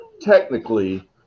technically